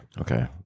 okay